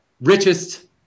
richest